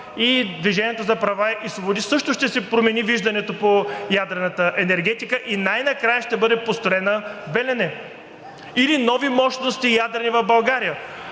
и „Движение за права и свободи“ също ще си промени виждането по ядрената енергетика и най-накрая ще бъде построена „Белене“ или нови ядрени мощности в България.